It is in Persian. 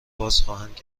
بازخواهند